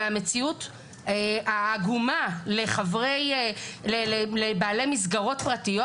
מהמציאות העגומה לבעלי מסגרות פרטיות.